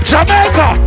Jamaica